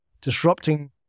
disrupting